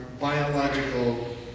biological